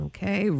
Okay